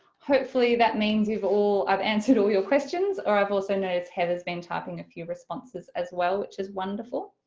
hopefully that means you've all, i've answered all your questions or i've also known as heather's been typing a few responses as well which is wonderful.